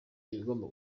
ikigomba